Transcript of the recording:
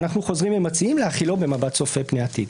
ואנחנו חוזרים ומציעים להחילו במבט צופה פני עתיד.